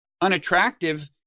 unattractive